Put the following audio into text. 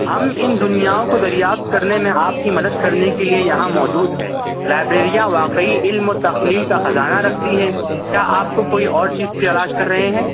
ہم ان دنیاؤں کو دریافت کرنے میں آپ کی مدد کرنے کے لیے یہاں موجود ہے لائبریریاں واقعی علم و تخلیل کا خزانہ رکھتی ہیں کیا آپ کو کوئی اور چیز تلاش کر رہے ہیں